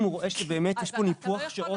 הוא רואה שבאמת יש פה ניפוח שעות פיקטיבי.